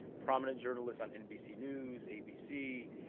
prominent journalist on nbc news, abc,